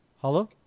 Hello